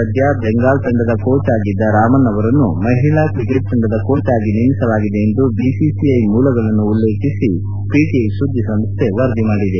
ಸದ್ಯ ಬೆಂಗಾಲ್ ತಂಡದ ಕೋಚ್ ಆಗಿದ್ದ ರಾಮನ್ ಅವರನ್ನು ಮಹಿಳಾ ಕ್ರಿಕೆಟ್ ತಂಡದ ಕೋಚ್ ಆಗಿ ನೇಮಿಸಲಾಗಿದೆ ಎಂದು ಬಿಸಿಸಿಐ ಮೂಲಗಳನ್ನು ಉಲ್ಲೇಖಿಸಿ ಪಿಟಿಐ ಸುದ್ದಿ ಸಂಸ್ಥೆ ವರದಿ ಮಾಡಿದೆ